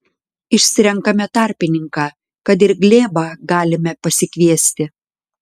išsirenkame tarpininką kad ir glėbą galime pasikviesti